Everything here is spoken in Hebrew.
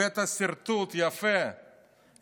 הבאת סרטוט יפה,